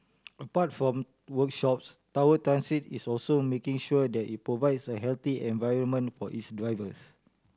apart from workshops Tower Transit is also making sure that it provides a healthy environment for its drivers